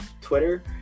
Twitter